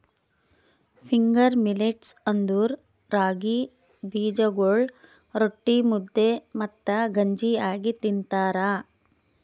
finger millets ಅಂದುರ್ ರಾಗಿ ಬೀಜಗೊಳ್ ರೊಟ್ಟಿ, ಮುದ್ದೆ ಮತ್ತ ಗಂಜಿ ಆಗಿ ತಿಂತಾರ